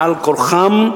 על כורחם,